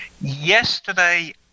yesterday